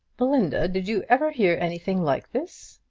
belinda, did you ever hear anything like this?